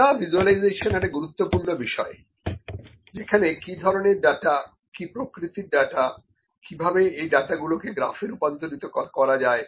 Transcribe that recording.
data ভিসুয়ালাইজেশনএকটা গুরুত্বপূর্ণ বিষয় যেখানে কি ধরনের ডাটা কি প্রকৃতির ডাটা কিভাবে এই ডাটাগুলোকে গ্রাফে রূপান্তরিত করা যায়